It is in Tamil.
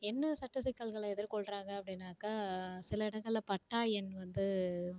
என்ன சட்ட சிக்கல்களை எதிர்கொள்கிறாங்க அப்படினாக்க சில இடங்கள்ல பட்டா எண் வந்து